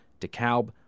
DeKalb